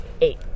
eight